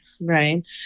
right